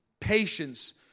patience